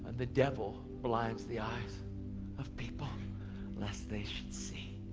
the devil blinds the eyes of people lest they should see